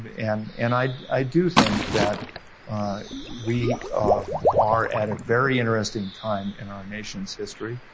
but and and i i do think that we are at a very interesting time in our nation's history.